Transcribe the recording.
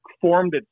formed